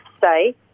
say